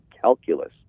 calculus